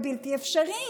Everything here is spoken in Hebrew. זה בלתי אפשרי.